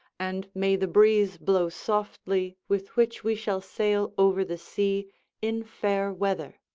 and may the breeze blow softly with which we shall sail over the sea in fair weather.